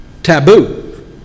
taboo